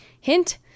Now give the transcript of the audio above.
Hint